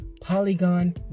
Polygon